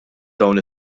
dawn